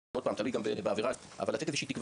עוד פעם, תלוי בעבירה עצמה, אבל לתת תקווה